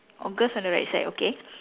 oh ghost on the right side okay